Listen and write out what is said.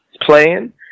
playing